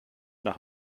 nach